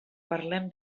parlem